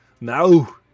No